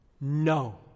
No